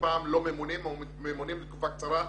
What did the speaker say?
פעם לא ממונים או ממונים לתקופה קצרה.